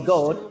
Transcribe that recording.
God